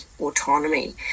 autonomy